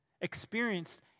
Experienced